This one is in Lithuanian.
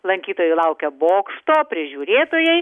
lankytojų laukia bokšto prižiūrėtojai